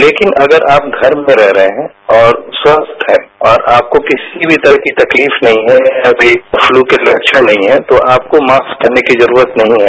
लेकिन अगर आप घर में रह रहे हैं और स्वास्थ है और आपको किसी भी तरह की तकलीफ नहीं है अभी फ्लू के लक्षण नहीं है तो आप को मास्क पहनने की जरूरत नहीं है